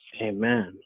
Amen